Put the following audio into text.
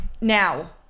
Now